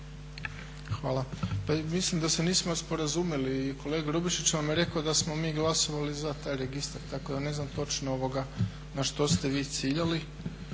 Hvala. Pa mislim da se nismo sporazumjeli i kolega Grubišić vam je rekao da smo mi glasovali za taj registar tako da ne znam točno na što ste vi ciljali.